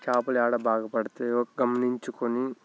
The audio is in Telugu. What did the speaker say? చేపలు ఎక్కడ బాగా పడతాయో గమనించుకొని